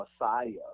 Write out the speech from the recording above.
Messiah